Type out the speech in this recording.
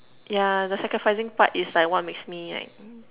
yeah the sacrificing part is like what makes me like